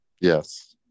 Yes